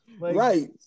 right